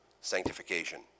sanctification